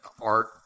art